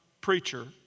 preacher